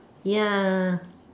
ya